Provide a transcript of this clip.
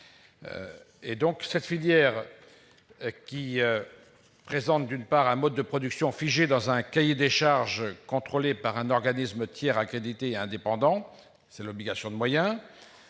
sujet. Cette filière incarne un mode de production figé dans un cahier de charges et contrôlé par un organisme tiers accrédité et indépendant ; c'est une obligation de moyens.